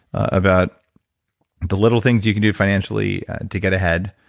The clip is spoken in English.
about the little things you can do financially to get ahead,